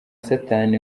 satani